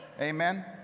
amen